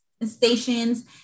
stations